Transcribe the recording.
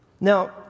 Now